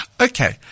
Okay